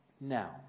Now